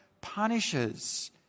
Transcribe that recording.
punishes